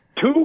Two